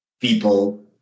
people